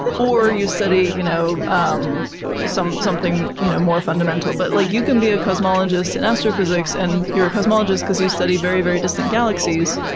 or you study you know um something you know more fundamental. but like you can be a cosmologist in astrophysics, and you're a cosmologist because you study very, very distant galaxies.